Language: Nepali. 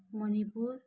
मणिपुर